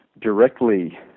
directly